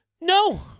No